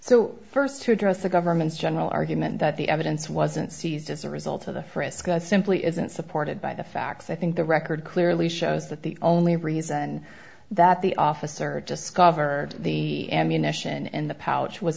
so st to address the government's general argument that the evidence wasn't seized as a result of the frisk simply isn't supported by the facts i think the record clearly shows that the only reason that the officer discovered the ammunition in the pouch w